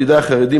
ידידי החרדים,